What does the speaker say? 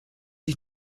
ich